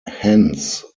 hence